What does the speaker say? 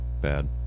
Bad